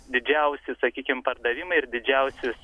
didžiausi sakykim pardavimai ir didžiausios